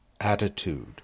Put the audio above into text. attitude